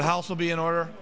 the house will be in order